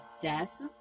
death